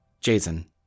Jason